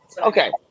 Okay